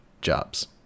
jobs